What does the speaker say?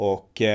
Och